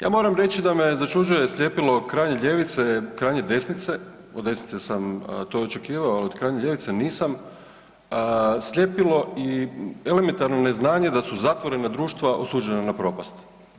Ja moram reći da me začuđuje sljepilo krajnje ljevice i krajnje desnice, od desnice sam to očekivao, ali od krajnje ljevice nisam, sljepilo i elementarno neznanje da su zatvorena društva osuđena na propast.